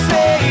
Say